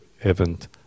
event